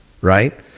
right